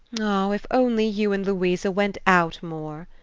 ah, if only you and louisa went out more!